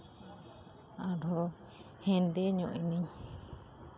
ᱟᱨᱦᱚᱸ ᱦᱮᱸᱫᱮ ᱧᱚᱜ ᱤᱱᱟᱹᱧ